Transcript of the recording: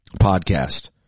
podcast